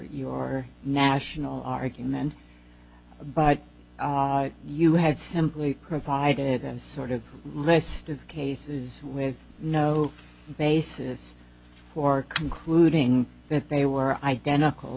your national argument but you had simply provided a sort of list of cases with no basis for concluding that they were identical